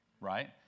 Right